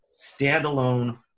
standalone